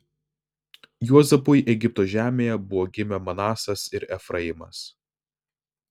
juozapui egipto žemėje buvo gimę manasas ir efraimas